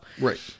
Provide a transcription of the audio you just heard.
Right